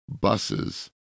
buses